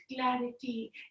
clarity